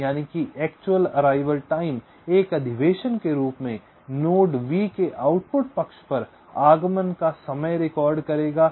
इसलिए यह एएटी एक अधिवेशन के रूप में नोड वी के आउटपुट पक्ष पर आगमन का समय रिकॉर्ड करेगा